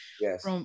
Yes